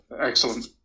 Excellent